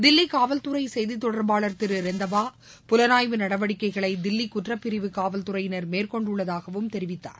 தில்லிகாவல் துறைசெய்திதொடர்பாளர் திருரெந்தவா புலனாய்வு நடவடிக்கைகளைதில்லிகுற்றப்பிரிவு காவல் துறையினர் மேற்கொண்டுள்ளதாகவும் தெரிவித்தார்